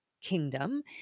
kingdom